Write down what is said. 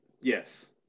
Yes